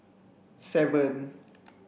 seven